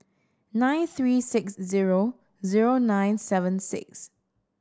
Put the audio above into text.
nine three six zero zero nine seven six